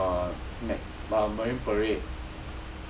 err ma~ uh marine parade